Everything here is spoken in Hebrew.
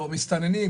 מסתננים,